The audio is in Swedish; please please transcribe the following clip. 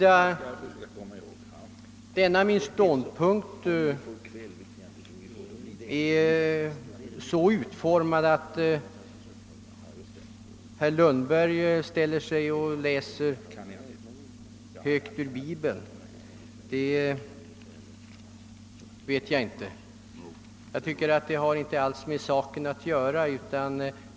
Att min ståndpunkt härvidlag kan ge herr Lundberg anledning att läsa högt ur Bibeln förstår jag inte; det har inget med den aktuella frågan att göra.